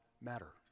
matter